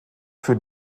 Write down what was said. für